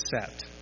set